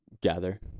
gather